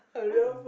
why got